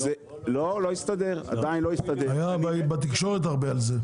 היה על זה הרבה בתקשורת.